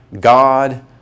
God